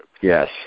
Yes